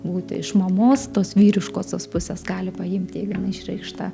būti iš mamos tos vyriškosios pusės gali paimti jeigu jinai išreikšta